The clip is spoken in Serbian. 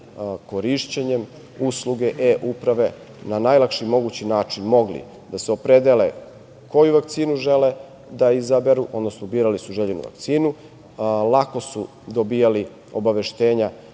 korišćenjem usluge e-uprave na najlakši mogući način mogli da se opredele koju vakcinu žele da izaberu, odnosno birali su željenu vakcinu, lako su dobijali obaveštenja